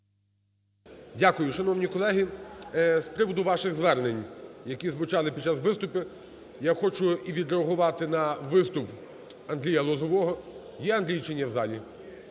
Дякую. Шановні колеги, з приводу ваших звернень, які звучали під час виступів, я хочу і відреагувати на виступ Андрія Лозового. Є Андрій чи ні в залі?